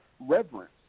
reverence